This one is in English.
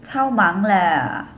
超忙 leh